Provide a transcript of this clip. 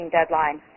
deadline